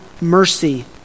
mercy